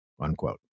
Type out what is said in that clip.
unquote